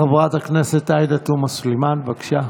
חברת הכנסת עאידה תומא סלימאן, בבקשה.